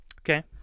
Okay